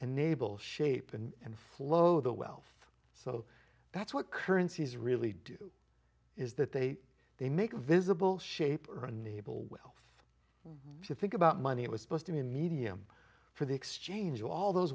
enable shape and flow the wealth so that's what currencies really do is that they they make visible shape are unable wealth to think about money it was supposed to be a medium for the exchange of all those